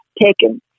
taken